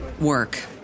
work